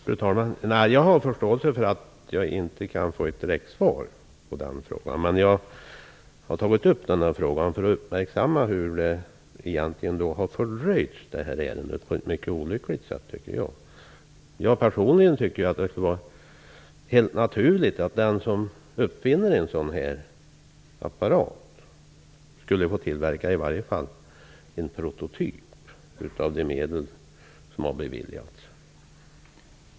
Fru talman! Jag har förståelse för att jag inte kan få ett direkt svar, men jag har tagit upp frågan för att andra skall uppmärksamma hur ärendet på ett mycket olyckligt sätt har fördröjts. Jag tycker personligen att det skulle vara helt naturligt att den som uppfinner en sådan här apparat i varje fall skulle få tillverka en prototyp med de medel som har beviljats.